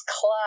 club